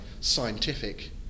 scientific